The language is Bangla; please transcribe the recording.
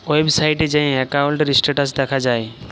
ওয়েবসাইটে যাঁয়ে একাউল্টের ইস্ট্যাটাস দ্যাখা যায়